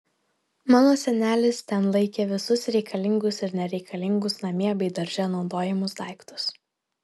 mano senelis ten laikė visus reikalingus ir nereikalingus namie bei darže naudojamus daiktus